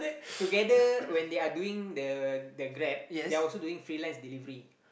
together when they're doing the the Grab they are also doing freelance delivery